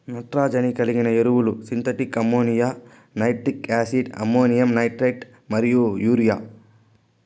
నత్రజని కలిగిన ఎరువులు synthetic ammonia, nitric acid, ammonium nitrate మరియు యూరియా